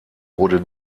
wurde